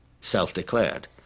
self-declared